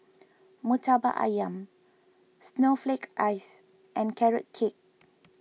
Murtabak Ayam Snowflake Ice and Carrot Cake